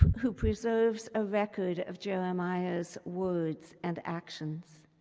who preserves a record of jeremiah's words and actions.